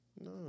No